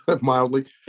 mildly